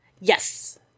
Yes